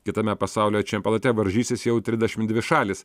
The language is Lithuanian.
kitame pasaulio čempionate varžysis jau trisdešim dvi šalys